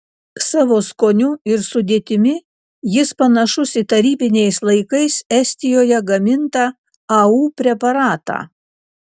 savo skoniu ir sudėtimi jis panašus į tarybiniais laikais estijoje gamintą au preparatą